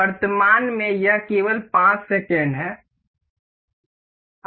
वर्तमान में यह केवल 5 सेकंड है